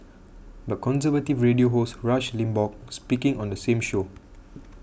but conservative radio host Rush Limbaugh speaking on the same show